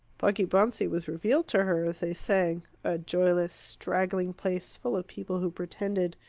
poggibonsi was revealed to her as they sang a joyless, straggling place, full of people who pretended.